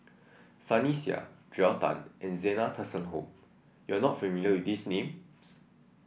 Sunny Sia Joel Tan and Zena Tessensohn you are not familiar with these names